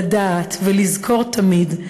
לדעת ולזכור תמיד,